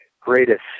greatest